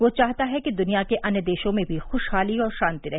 वह चाहता है कि दुनिया के अन्य देशों में भी खुशहाली और शांति रहे